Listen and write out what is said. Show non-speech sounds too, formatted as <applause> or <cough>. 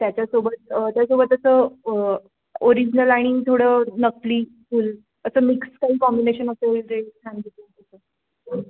त्याच्यासोबत त्यासोबत असं ओरिजनल आणि थोडं नकली फूल असं मिक्स काही कॉम्बिनेशन असेल जे छान <unintelligible>